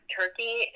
turkey